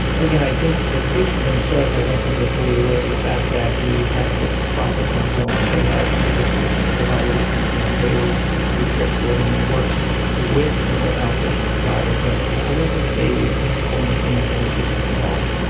again, i think the patients themselves i don't think were fully aware of the fact that we have this process ongoing. they you know they see a single provider who comes to them daily who cares for them and works with their outpatient provider, but i don't think they have a full understanding of the logistics involved.